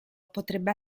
potrebbe